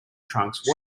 trunks